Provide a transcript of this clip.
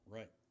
Right